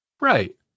Right